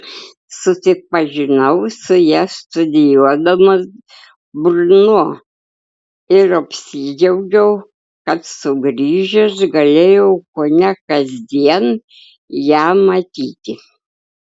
susipažinau su ja studijuodamas brno ir apsidžiaugiau kad sugrįžęs galėjau kone kasdien ją matyti